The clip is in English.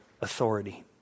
authority